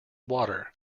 water